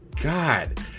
God